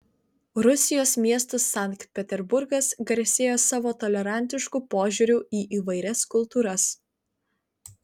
rusijos miestas sankt peterburgas garsėja savo tolerantišku požiūriu į įvairias kultūras